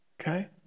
okay